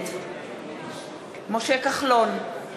נגד משה כחלון,